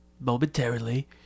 momentarily